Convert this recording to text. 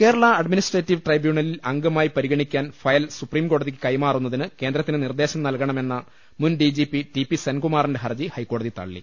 Kerala administrative tribunal അംഗമായി പരി ഗണിക്കാൻ ഫയൽ സുപ്രിംകോടതിക്ക് കൈമാറുന്നതിന് കേന്ദ്രത്തിന് നിർദേശംചനൽകണമെന്ന മുൻ D G P T P സെൻകുമാറിന്റെ ്ഹർജി ഹൈക്കോടതി തള്ളി